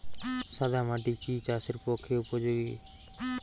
সাদা মাটি কি চাষের পক্ষে উপযোগী?